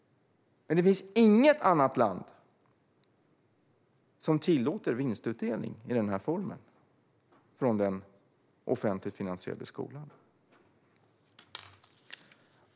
Det finns dock inget annat land som tillåter vinstutdelning i denna form från den offentligt finansierade skolan.